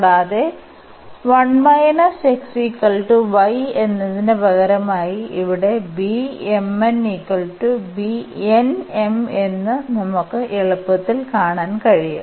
കൂടാതെ എന്നതിന് പകരമായി ഇവിടെ എന്ന് നമുക്ക് എളുപ്പത്തിൽ കാണാൻ കഴിയും